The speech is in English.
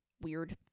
weird